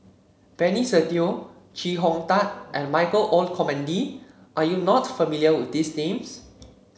Benny Se Teo Chee Hong Tat and Michael Olcomendy are you not familiar with these names